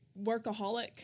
workaholic